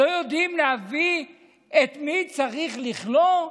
לא יודעים להביא את מי שצריך ולכלוא?